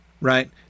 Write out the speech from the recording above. Right